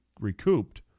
recouped